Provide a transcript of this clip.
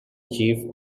chief